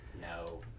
No